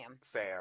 Sam